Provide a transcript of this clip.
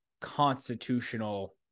constitutional